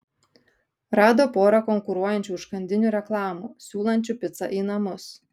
rado porą konkuruojančių užkandinių reklamų siūlančių picą į namus